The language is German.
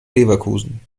leverkusen